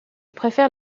préfère